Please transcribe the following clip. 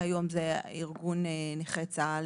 כיום זה ארגון נכי צה"ל,